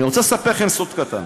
אני רוצה לספר לכם סוד קטן.